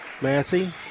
Massey